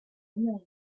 landmark